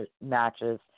matches